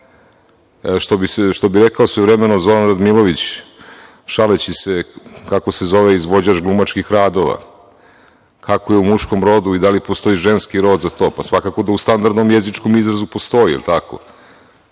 bi rekao svojevremeno Zoran Radmilović, šaleći se kako se zove izvođač glumačkih radova, kako je u muškom rodu i da li postoji ženski rod za to, pa svakako da u standardnom jezičkom izrazu postoji. Da li je tako?